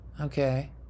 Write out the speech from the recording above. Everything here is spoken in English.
Okay